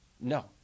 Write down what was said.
No